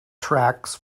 tracks